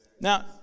Now